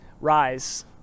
rise